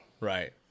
right